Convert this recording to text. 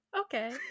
okay